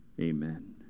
Amen